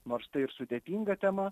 nors tai ir sudėtinga tema